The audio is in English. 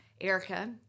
Erica